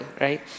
right